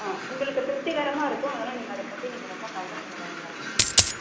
ஆ உங்களுக்கு திருப்திகரமாக இருக்கும் அதனால் நீங்கள் அதை பற்றி நீங்கள் ரொம்ப கவலைப்பட வேண்டிய அவசியம் கிடையாது